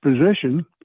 position